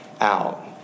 out